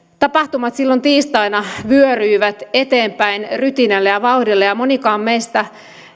tapahtumat silloin tiistaina vyöryivät eteenpäin rytinällä ja vauhdilla ja ja monikaan meistä